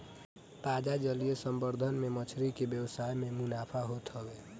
ताजा जलीय संवर्धन से मछरी के व्यवसाय में मुनाफा होत हवे